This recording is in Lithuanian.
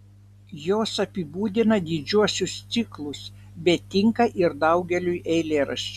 jos apibūdina didžiuosius ciklus bet tinka ir daugeliui eilėraščių